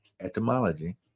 Etymology